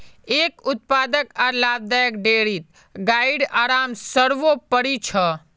एक उत्पादक आर लाभदायक डेयरीत गाइर आराम सर्वोपरि छ